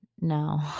no